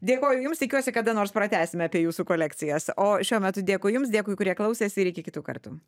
dėkoju jums tikiuosi kada nors pratęsime apie jūsų kolekcijas o šiuo metu dėkui jums dėkui kurie klausėsi ir iki kitų kartų